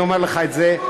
אני אומר לך את זה,